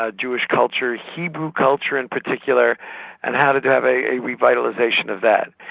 ah jewish culture, hebrew culture in particular and how to to have a revitalisation of that.